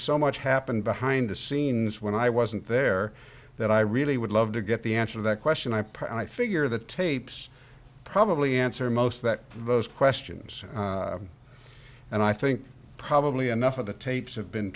happened behind the scenes when i wasn't there that i really would love to get the answer that question i press and i figure the tapes probably answer most that those questions and i think probably enough of the tapes have been